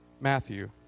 Matthew